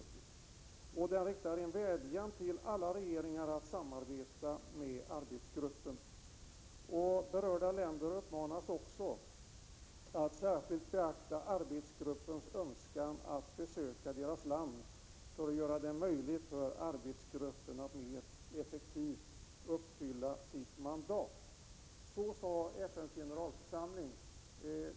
Resolutionen riktar en vädjan till alla regeringar att samarbeta med arbetsgruppen. Berörda länder uppmanas också att särskilt beakta arbetsgruppens önskan att besöka varje land för att göra det möjligt för arbetsgruppen att mera effektivt uppfylla sitt mandat. Så sade FN:s generalförsamling.